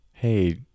Hey